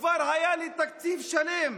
כבר היה לי תקציב שלם